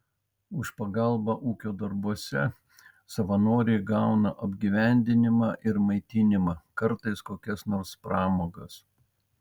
už pagalbą ūkio darbuose savanoriai gauna apgyvendinimą ir maitinimą kartais kokias nors pramogas